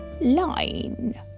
line